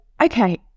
Okay